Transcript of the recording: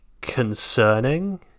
concerning